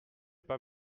pas